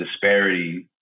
disparity